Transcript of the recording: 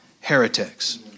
heretics